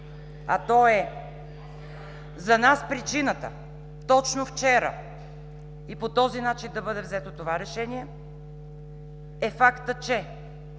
а то е: за нас причината, точно вчера и по този начин да бъде взето това решение, е фактът, че